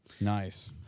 Nice